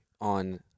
on